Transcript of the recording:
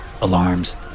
Alarms